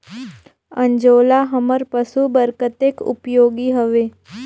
अंजोला हमर पशु बर कतेक उपयोगी हवे?